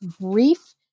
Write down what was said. brief